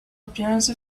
appearance